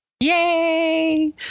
yay